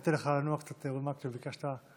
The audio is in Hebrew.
ניתן לך לנוח קצת, אורי מקלב, ביקשת.